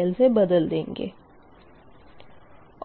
PL से बदल देंगे